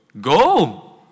Go